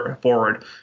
forward